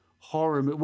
horror